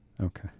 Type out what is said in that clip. okay